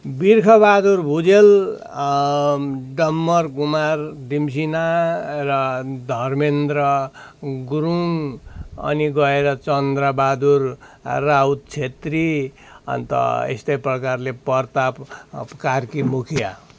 बिर्खबहादुर भुजेल डम्बरकुमार तिम्सिना र धर्मेन्द्र गुरुङ अनि गएर चन्द्रबहादुर राउत छेत्री अन्त यस्तै प्रकारले प्रताप कार्की मुखिया